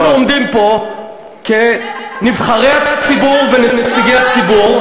אנחנו עומדים פה כנבחרי הציבור ונציגי הציבור,